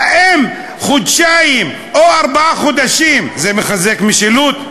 האם חודשיים או ארבעה חודשים מחזקים משילות?